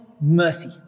mercy